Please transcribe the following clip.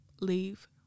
leave